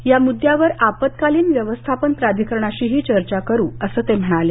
या मुद्यावर आपत्कालीन व्यवस्थापन प्राधिकरणाशीही चर्चा करू असं ते म्हणाले